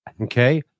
Okay